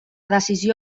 decisió